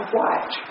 watch